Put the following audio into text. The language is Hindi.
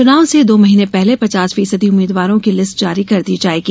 चुनाव से दो महीने पहले पचास फीसदी उम्मीदवारों की लिस्ट जारी कर दी जायेगी